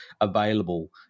available